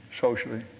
socially